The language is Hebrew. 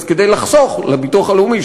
אז כדי לחסוך לביטוח הלאומי,